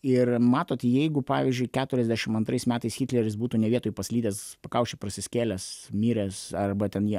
ir matot jeigu pavyzdžiui keturiasdešim antrais metais hitleris būtų ne vietoj paslydęs pakaušį prasiskėlęs miręs arba ten į